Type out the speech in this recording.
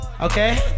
Okay